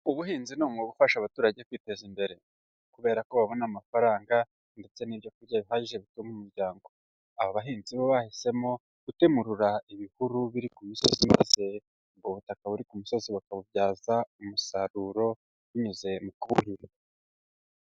Ubuhinzi ni umuga ufasha abaturage kwiteza imbere kubera ko babona amafaranga ndetse n'ibyo kurya bihagije bitunga umuryango. Aba bahinzi bo bahisemo gutemurura ibihuru biri ku misozi byose, ubutaka buri ku musozi bakabubyaza umusaruro binyuze mu kubuhinga.